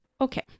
Okay